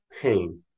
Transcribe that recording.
pain